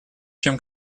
чем